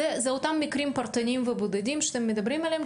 אלה הם אותם מקרים פרטניים ובודדים שאתם מדברים עליהם?